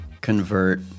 convert